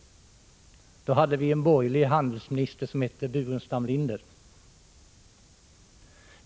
Då hade vi en borgerlig handelsminister som hette Burenstam Linder.